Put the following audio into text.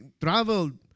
traveled